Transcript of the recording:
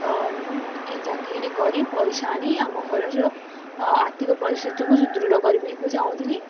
ତ ମୁଁ ଏଇ ଚାକିରିଟି କରି ପଇସା ଆଣି ଆମ ଘରର ଆର୍ଥିକ ପରିସ୍ଥିତିକୁ ସୁଦୃଢ଼ କରିବାକୁ ଚାହୁଁଥିଲି